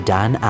Dan